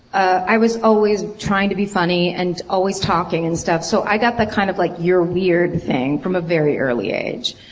i was always trying to be funny and always talking and stuff, so i got that kind of like, you're weird thing from a very early age.